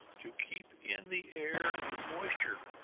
to keep in the air and moisture,